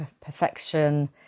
perfection